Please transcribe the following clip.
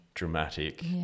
dramatic